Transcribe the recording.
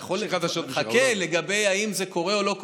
יש לי חדשות בשבילך: הוא לא עובד.